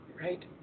right